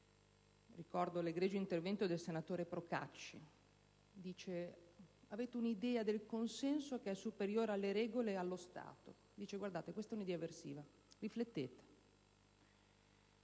Ricordo l'egregio intervento del senatore Procacci: avete un'idea del consenso quale fatto superiore alle regole e allo Stato. Dice ancora: guardate che questa è un'idea eversiva, riflettete.